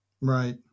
Right